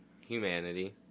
humanity